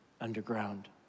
underground